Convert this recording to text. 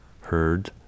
heard